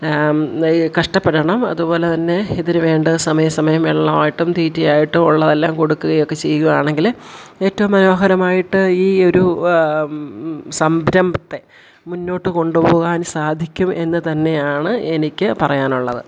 ഈ കഷ്ടപ്പെടണം അതുപോലെതന്നെ ഇതിനു വേണ്ടത് സമയാസമയം വെള്ളമായിട്ടും തീറ്റയായിട്ടും ഉള്ളതെല്ലാം കൊടുക്കുകയൊക്കെ ചെയ്യുകയാണെങ്കിൽ ഏറ്റവും മനോഹരമായിട്ട് ഈ ഒരു സംരംഭത്തെ മുന്നോട്ട് കൊണ്ടുപോകാൻ സാധിക്കും എന്നു തന്നെയാണ് എനിക്ക് പറയാനുള്ളത്